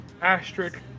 Asterisk